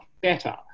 better